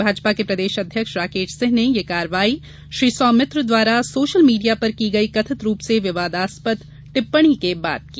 भाजपा के प्रदेश अध्यक्ष राकेश सिंह ने यह कार्यवाही श्री सौमित्र द्वारा सोशल मीडिया पर की गई कथित रूप से विवादास्पद टिप्पणी के बाद की